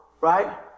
Right